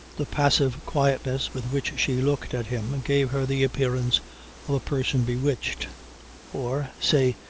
the passive quietness with which she looked at him gave her the appearance of a person bewitched or, say,